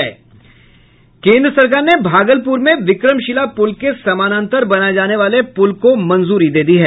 केंद्र सरकार ने भागलपुर में विक्रमशिला पुल के समानांतर बनाये जाने वाले पुल को मंजूरी दे दी है